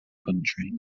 country